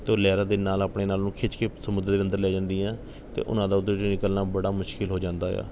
ਤਾਂ ਉਹ ਲਹਿਰਾਂ ਦੇ ਨਾਲ਼ ਆਪਣੇ ਨਾਲ਼ ਉਹਨਾਂ ਨੂੰ ਖਿੱਚ ਕੇ ਸਮੁੰਦਰ ਦੇ ਅੰਦਰ ਲੈ ਜਾਂਦੀ ਆ ਅਤੇ ਉਹਨਾਂ ਦਾ ਉਹਦੇ 'ਚੋਂ ਨਿਕਲਣਾ ਬੜਾ ਮੁਸ਼ਕਿਲ ਹੋ ਜਾਂਦਾ ਆ